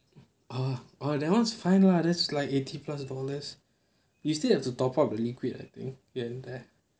oh oh that [one] is fine lah that's like eighty plus dollars you still have to top up the liquid I think